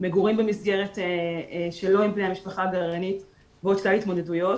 מגורים במסגרת שלא עם בני המשפחה הגרעינית ועוד שלל התמודדויות.